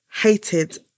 hated